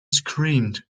screamed